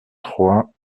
trois